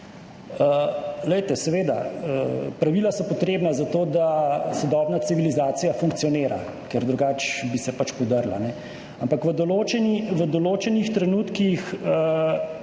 seveda, pravila so potrebna zato, da sodobna civilizacija funkcionira, ker drugače bi se pač podrla. Ampak v določenih trenutnih